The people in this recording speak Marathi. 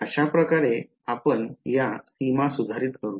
तर अशा प्रकारे आपण या सीमा सुधारित करू